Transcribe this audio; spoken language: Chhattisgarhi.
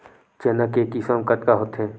चना के किसम कतका होथे?